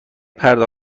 پرده